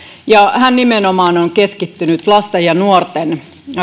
ja nimenomaan keskittynyt lasten ja nuorten